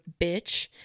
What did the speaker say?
bitch